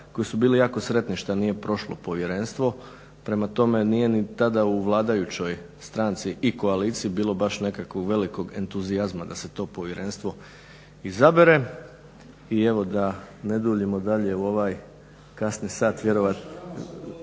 koji su bili jako sretni što nije prošlo povjerenstvo. Prema tome nije ni tada u vladajućoj stranci i koaliciji bilo baš nekakvog velikog entuzijazma da se to povjerenstvo izabere i evo da ne duljimo dalje u ovaj kasni sat vjerojatno